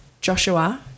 Joshua